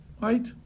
right